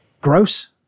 Gross